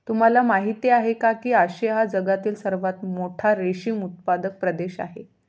तुम्हाला माहिती आहे का की आशिया हा जगातील सर्वात मोठा रेशीम उत्पादक प्रदेश आहे